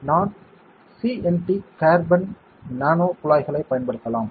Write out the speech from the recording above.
நான் CNT carbon nano குழாய்களைப் பயன்படுத்தலாம்